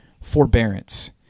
forbearance